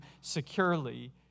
securely